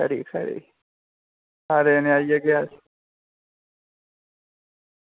खरी खरी सारे जनें आई जाह्गे अस